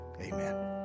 Amen